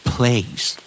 Place